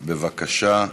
בבקשה.